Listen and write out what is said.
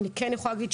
אני כן יכולה להגיד,